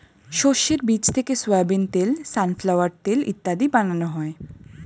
শস্যের বীজ থেকে সোয়াবিন তেল, সানফ্লাওয়ার তেল ইত্যাদি বানানো হয়